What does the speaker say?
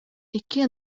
икки